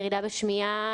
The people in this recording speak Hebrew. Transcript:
ירידה בשמיעה,